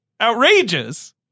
Outrageous